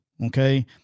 Okay